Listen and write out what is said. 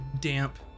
damp